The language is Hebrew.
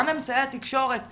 גם אמצעי התקשורת השונים,